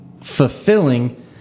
fulfilling